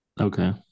Okay